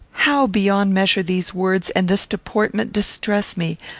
how beyond measure these words and this deportment distress me!